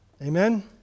Amen